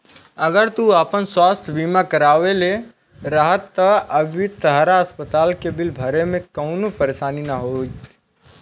अगर तू आपन स्वास्थ बीमा करवले रहत त अभी तहरा अस्पताल के बिल भरे में कवनो परेशानी ना होईत